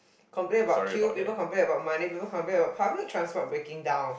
complain about queue people complain about money people complain about public transport breaking down